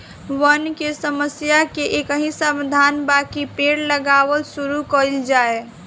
वन के समस्या के एकही समाधान बाकि पेड़ लगावल शुरू कइल जाए